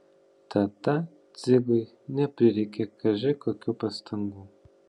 tada dzigui neprireikė kaži kokių pastangų